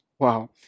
Wow